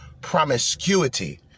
promiscuity